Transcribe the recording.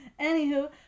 anywho